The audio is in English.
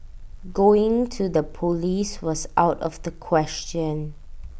going to the Police was out of the question